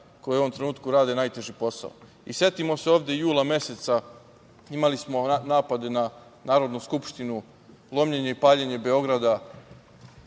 koji u ovom trenutku rade najteži posao. Setimo se ovde jula meseca, imali smo napade na Narodnu skupštinu, lomljenje i paljenje Beograda,